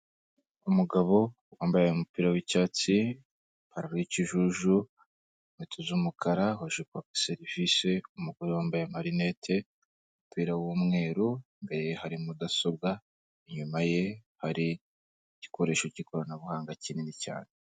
Umugabo wambaye umupira w'icyatsi, ipantaro y'ikijuju, inkweto z'umukara, aje kwaka serivise umugore wambaye marineti, umupira w'umweru mbere, imbere ye hari mudasobwa, inyuma ye hari igikoresho cy'ikoranabuhanga kinini cyane.